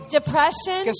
Depression